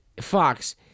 Fox